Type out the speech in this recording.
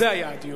זה היה דיון,